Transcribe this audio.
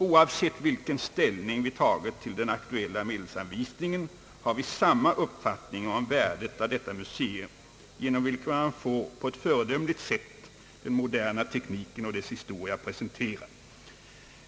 Oavsett vilken ställning vi tagit till den aktuella medelsanvisningen har vi samma uppfattning om värdet av detta museum, genom vilket man på ett föredömligt sätt får den moderna tekniken och dess historia presenterad.